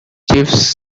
chiefs